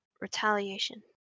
retaliation